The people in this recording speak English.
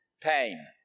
Pain